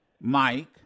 Mike